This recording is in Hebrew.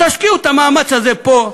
תשקיעו את המאמץ הזה פה,